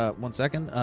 ah one second.